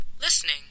listening